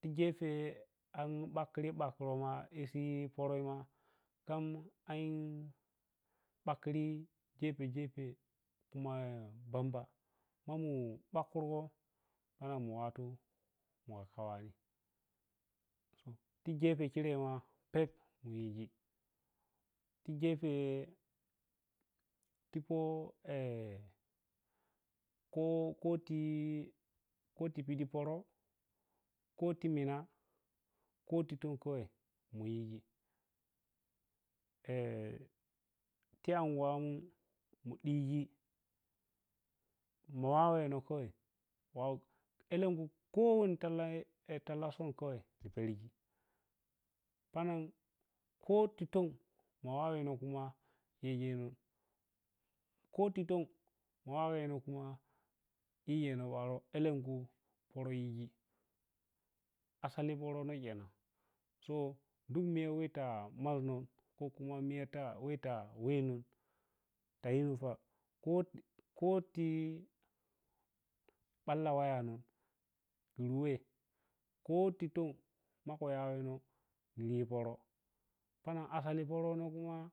ti gepen bakri bakro ma esi pərə ma khan an bakri gepe-gepe kuma banba ma mu ɓakro san nan mu wattu muwakani ti gepe khire ma pep mu yiji ti gepe tipo kho kho kho ti piɗi pərə kho ti mina kho ti yiji ti gepe tipo kho ti kho ti piɗi pərə kho ti minah khaw ti to kawai muyibi, khe anguwanu mu ɗiji ma wawenoh kawai mana alenkhu kho wani tiya talla sun khwani petghi palen kho titok ma wawenan khuma yiji mu, kho titon ma wawenoh kumaɗiye no paroh, pərə yiji asali pərə ma khenan so duk miya weh ta maʒenoh khuma mita weno tayi ni pano kho ti ɓalla waya noh niweh kho titon makha wawenon ni yi pərə khama asali perono kuma.